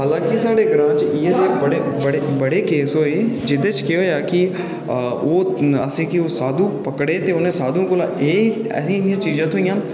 हालाकें साढ़े ग्रांऽ च इ'यै नेह् बड़े बड़े केस होए जेह्दे च केह् होआ कि असें ओह् साधु फगड़े ते उ'नें साधुएं कोला असेंगी एह् चीज़ां थ्होइयां